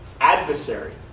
adversary